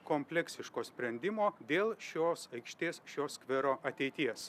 kompleksiško sprendimo dėl šios aikštės šio skvero ateities